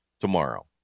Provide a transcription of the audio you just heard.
tomorrow